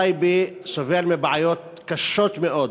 היישוב טייבה סובל מבעיות קשות מאוד.